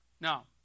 Now